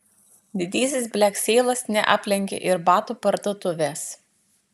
didysis blekseilas neaplenkė ir batų parduotuvės